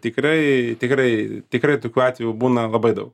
tikrai tikrai tikrai tokių atvejų būna labai daug